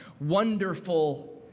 wonderful